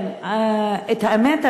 האמת,